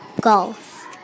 golf